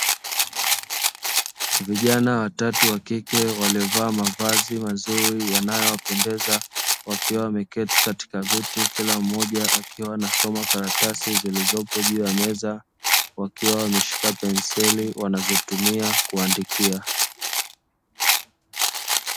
Vijana watatu wa kike waliovalia mavazi mazuri yanayowapendeza wakiwa wameketi katika vyeti kila mmoja akiwa anasoma karatasi zilizopo juu ya meza wakiwa wameshika penseli wanazotumia kuandikia.